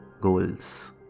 goals